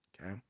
Okay